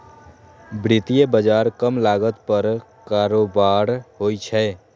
वित्तीय बाजार कम लागत पर कारोबार होइ छै